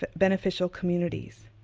but beneficial communities.